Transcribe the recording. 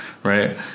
Right